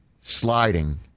sliding